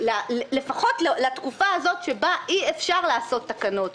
לפחות לתקופה הזאת שבה אי אפשר לעשות תקנות,